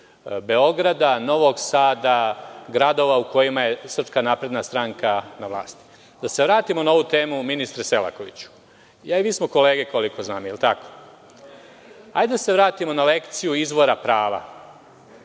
Beograda, Novog Sada, gradova u kojima je SNS na vlasti. Da se vratimo na ovu temu, ministre Selakoviću. Ja i vi smo kolege, koliko znam, jel tako? Hajde da se vratimo na lekciju izvora prava.